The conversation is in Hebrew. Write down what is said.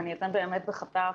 ואני אתן באמת בחטף.